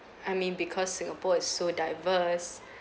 I mean because singapore is so diverse